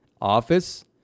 office